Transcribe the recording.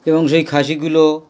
এবং সেই খাসিগুলো